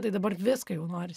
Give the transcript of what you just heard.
tai dabar viską jau norisi